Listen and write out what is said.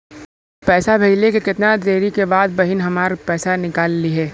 पैसा भेजले के कितना देरी के बाद बहिन हमार पैसा निकाल लिहे?